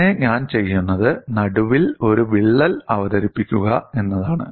പിന്നെ ഞാൻ ചെയ്യുന്നത് നടുവിൽ ഒരു വിള്ളൽ അവതരിപ്പിക്കുക എന്നതാണ്